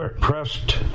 pressed